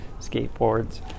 skateboards